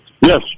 Yes